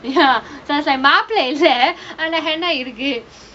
ya so say மாப்புள இல்ல ஆனா:maappula illa aanaa henna இருக்கு:irukku